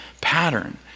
pattern